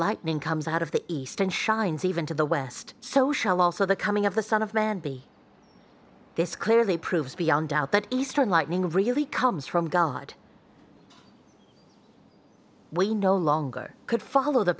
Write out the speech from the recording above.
lightning comes out of the eastern shines even to the west so shall also the coming of the son of man be this clearly proves beyond doubt that eastern lightning really comes from god we no longer could follow the